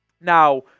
Now